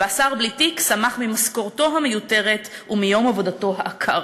והשר בלי תיק שמח ממשכורתו המיותרת ומיום עבודתו העקר.